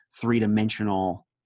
three-dimensional